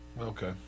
Okay